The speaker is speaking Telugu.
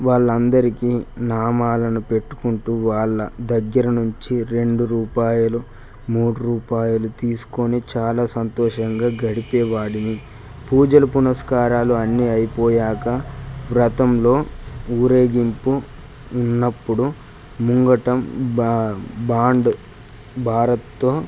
వాళ్ళందరికీ నామాలను పెట్టుకుంటూ వాళ్ళ దగ్గర నుంచి రెండు రూపాయలు మూడు రూపాయలు తీసుకొని చాలా సంతోషంగా గడిపే వాడిని పూజలు పురస్కారాలు అన్నీ అయిపోయాక రథంలో ఊరేగింపు ఉన్నపుడు ముంగటం బా బాండ్ భారత్తో